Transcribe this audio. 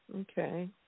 Okay